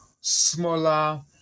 smaller